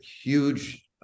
huge